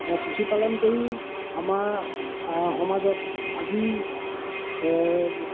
কৃষি পালন কৰি আমাৰ সমাজত আজি